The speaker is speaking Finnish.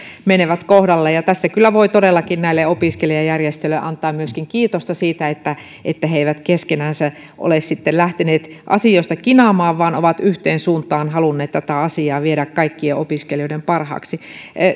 menevät kohdalleen tässä kyllä voi todellakin näille opiskelijajärjestöille antaa myöskin kiitosta siitä että että he eivät keskenänsä ole sitten lähteneet asioista kinaamaan vaan ovat yhteen suuntaan halunneet tätä asiaa viedä kaikkien opiskelijoiden parhaaksi